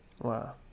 Wow